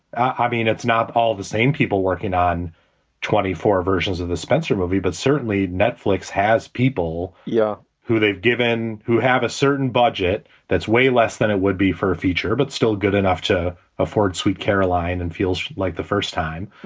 i mean, it's not all the same people working on twenty four versions of the spencer movie. but certainly netflix has people, you know, yeah who they've given who have a certain budget that's way less than it would be for a feature, but still good enough to afford sweet caroline and feels like the first time.